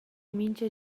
mintga